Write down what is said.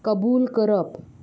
कबूल करप